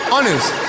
Honest